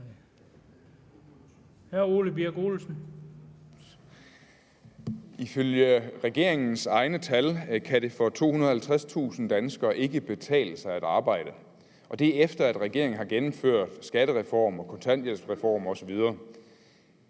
Hr. Ole Birk Olesen.